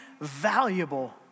valuable